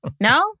No